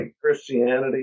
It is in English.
Christianity